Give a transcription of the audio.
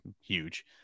Huge